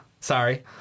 sorry